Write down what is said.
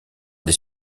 des